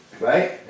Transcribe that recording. Right